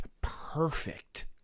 perfect